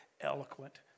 eloquent